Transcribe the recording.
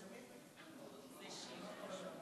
זה "שיק או שוק".